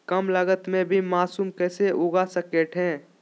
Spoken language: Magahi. कम लगत मे भी मासूम कैसे उगा स्केट है?